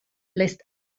lässt